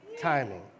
Timing